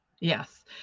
Yes